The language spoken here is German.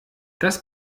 das